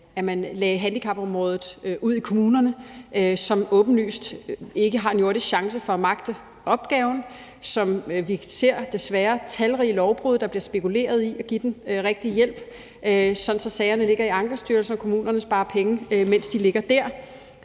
at man lagde handicapområdet ud i kommunerne, som åbenlyst ikke har en jordisk chance for at magte opgaven, og hvor vi desværre ser talrige lovbrud, og at der bliver spekuleret i at give den rigtige hjælp, sådan at sagerne ligger i Ankestyrelsen og kommunerne sparer penge, mens de ligger der,